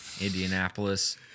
Indianapolis